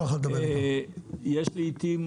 לעיתים,